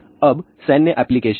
अब सैन्य एप्लीकेशन हैं